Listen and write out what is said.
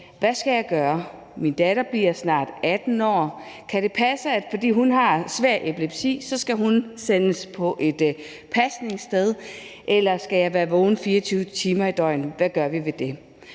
Hvad skal jeg gøre? Min datter bliver snart 18 år. Kan det passe, at fordi hun har svær epilepsi, skal hun sendes på et pasningssted, eller også skal jeg være vågen 24 timer i døgnet? Hvad gør vi ved det?